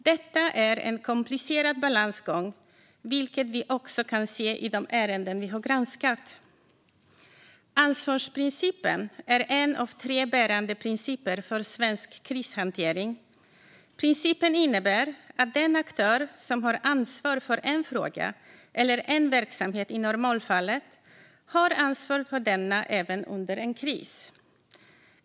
Detta är en komplicerad balansgång, vilket vi också kan se i de ärenden vi har granskat. Ansvarsprincipen är en av tre bärande principer för svensk krishantering. Principen innebär att den aktör som har ansvar för en fråga eller en verksamhet i normalfallet har ansvar för denna även under en kris.